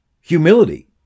humility